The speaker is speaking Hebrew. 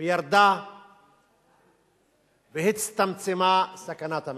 וירדה והצטמצמה סכנת המלחמה.